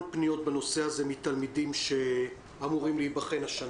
פניות בנושא הזה מתלמידים שאמורים להיבחן השנה.